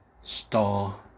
star